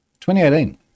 2018